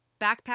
Backpack